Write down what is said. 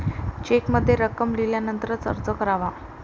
चेकमध्ये रक्कम लिहिल्यानंतरच अर्ज करावा